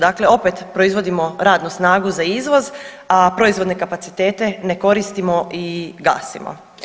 Dakle, opet proizvodimo radnu snagu za izvoz, a proizvodne kapacitete ne koristimo i gasimo.